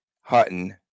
Hutton